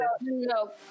no